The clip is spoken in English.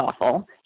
awful